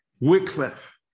Wycliffe